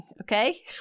Okay